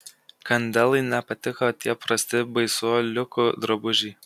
kandelai nepatiko tie prasti baisuoliukų drabužiai